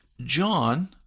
John